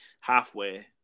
halfway